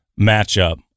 matchup